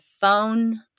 phone